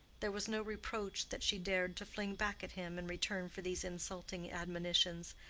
there was no reproach that she dared to fling back at him in return for these insulting admonitions,